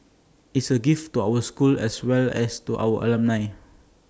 is A gift to our school as well as to our alumni